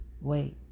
Wait